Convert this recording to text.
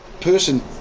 person